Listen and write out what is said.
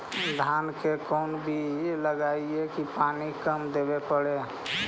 धान के कोन बिज लगईऐ कि पानी कम देवे पड़े?